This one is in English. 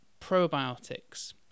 probiotics